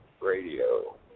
Radio